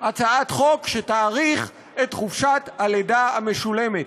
הצעת חוק שתאריך את חופשת הלידה המשולמת.